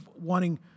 wanting